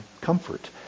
comfort